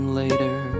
later